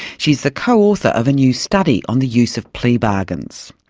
she's the co-author of a new study on the use of plea bargains.